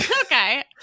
Okay